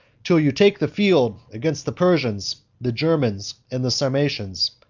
till you take the field against the persians, the germans, and the sarmatians.